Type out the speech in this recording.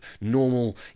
normal